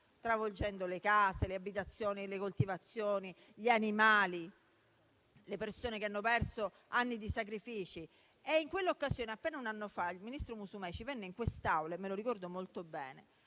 travolti abitazioni, coltivazioni e animali e le persone hanno perso anni di sacrifici. In quell'occasione, appena un anno fa, il ministro Musumeci venne in quest'Aula - me lo ricordo molto bene